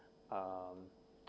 um